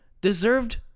deserved